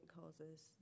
causes